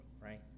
right